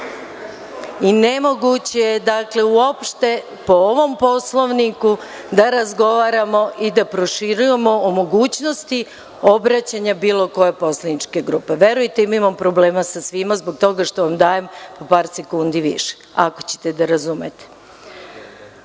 i nemoguće je uopšte, po ovom Poslovniku, da razgovaramo i da proširujemo o mogućnosti obraćanja bilo koje poslaničke grupe. Verujte mi da imam problema sa svima zbog toga što vam dajem po par sekundi više. Reč ima